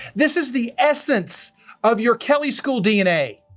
this is the essence of your kelley school dna.